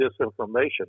disinformation